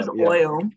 oil